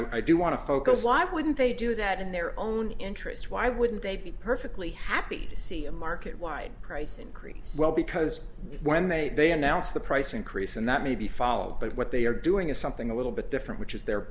and i do want to focus why wouldn't they do that in their own interest why wouldn't they be perfectly happy to see a market wide price increase well because when they they announce the price increase and that may be fall but what they are doing is something a little bit different which is the